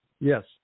Yes